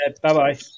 Bye-bye